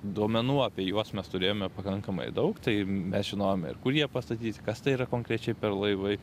duomenų apie juos mes turėjome pakankamai daug tai mes žinojome ir kur jie pastatyti kas tai yra konkrečiai per laivai